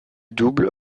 double